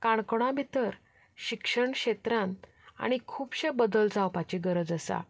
काणकोणा भितर शिक्षण क्षेत्रांत आनी खुबशे बदल जावपाची गरज आसा